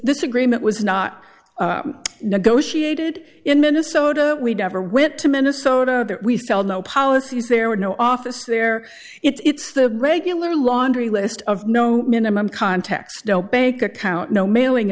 this agreement was not negotiated in minnesota we'd ever went to minnesota we sell no policies there were no office there it's the regular laundry list of no minimum contacts no bank account no mailing